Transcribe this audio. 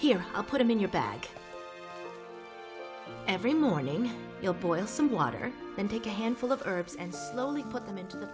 here i'll put them in your bag every morning you'll boil some water and take a handful of herbs and slowly put them into the